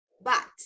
but-